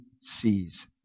sees